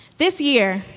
this year,